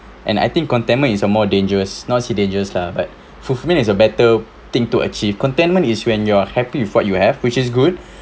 and I think contentment is a more dangerous not see dangerous lah but fulfilment it's a better thing to achieve contentment is when you are happy with what you have which is good